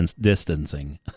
distancing